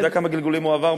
אתה יודע כמה גלגולים הוא עבר?